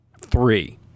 three